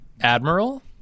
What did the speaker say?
Admiral